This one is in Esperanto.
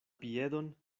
piedon